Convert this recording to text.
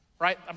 right